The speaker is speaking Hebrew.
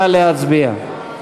נא להצביע.